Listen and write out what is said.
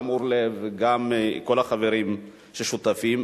גם אורלב וגם כל החברים ששותפים,